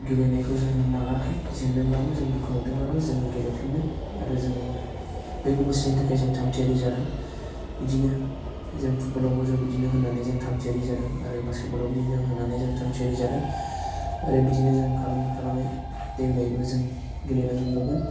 गेलेनायखौ जों नागाराखै जेनदोंबाबो जों दुखु मोनदोंबाबो जों गेलेफिनदों आरो जोङो फैगौ बोसोरनि थाखाय जों थाग थियारि जादों बिदियैनो जों फुटबलावबो जों बिदिनो होन्नानै जों थाग थियारि जादों आरो बासकेट बलाव बिदिनो जों होनानै जों थाग थियारि जादों आरो बिदिनो जों खालामै खालामै देग्लायबो जों गेलेनो मोनबावगोन